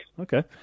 Okay